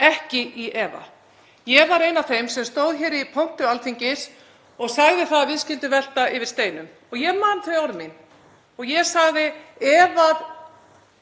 ekki í efa. Ég var ein af þeim sem stóðu hér í pontu Alþingis og sagði að við skyldum velta yfir steinum. Ég man þau orð mín. Ég sagði: Ef